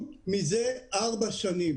מזה ארבע שנים.